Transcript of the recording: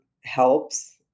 helps